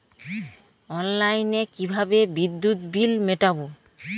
অনলাইনে কিভাবে বিদ্যুৎ বিল মেটাবো?